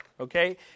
Okay